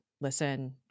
listen